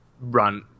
run